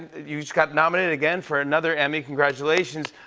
you just got nominated again for another emmy. congratulations.